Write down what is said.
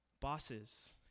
bosses